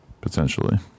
Potentially